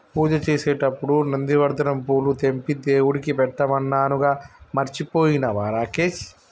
పూజ చేసేటప్పుడు నందివర్ధనం పూలు తెంపి దేవుడికి పెట్టమన్నానుగా మర్చిపోయినవా రాకేష్